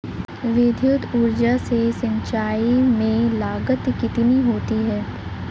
विद्युत ऊर्जा से सिंचाई में लागत कितनी होती है?